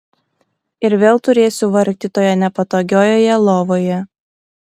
ir vėl turėsiu vargti toje nepatogiojoje lovoje